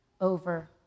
over